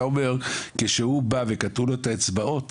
אתה אומר שכשהוא בא וקטעו לו את האצבעות